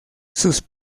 sus